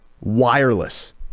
wireless